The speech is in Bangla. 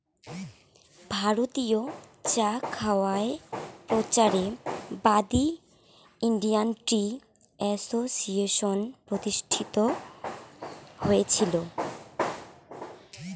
ভারতীয় চা খাওয়ায় প্রচারের বাদী ইন্ডিয়ান টি অ্যাসোসিয়েশন প্রতিষ্ঠিত হয়া আছিল